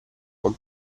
con